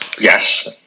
Yes